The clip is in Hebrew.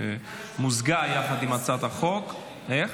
שמוזגה יחד עם הצעת החוק --- יש